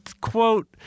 Quote